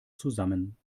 zusammen